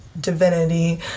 divinity